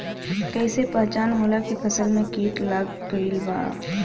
कैसे पहचान होला की फसल में कीट लग गईल बा?